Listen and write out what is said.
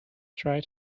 try